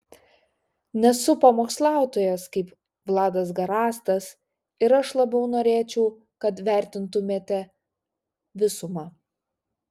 nesu pamokslautojas kaip vladas garastas ir aš labiau norėčiau kad vertintumėte visumą